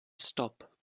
stop